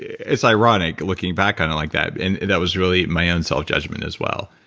it's ironic looking back on it like that. and that was really my own self judgment as well.